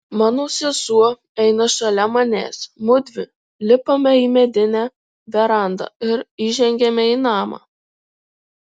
mano sesuo eina šalia manęs mudvi lipame į medinę verandą ir įžengiame į namą